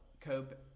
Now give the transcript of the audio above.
cope